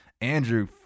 Andrew